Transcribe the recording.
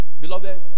Beloved